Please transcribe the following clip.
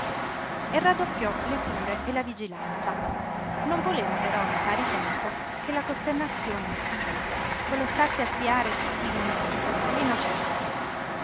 e raddoppiò le cure e la vigilanza non voleva però in pari tempo che la costernazione assidua quello starsi a spiare tutti i momenti gli nocesse